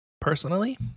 Personally